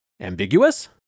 Ambiguous